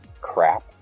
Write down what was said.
crap